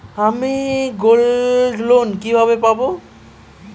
আমি গোল্ডলোন কিভাবে পাব?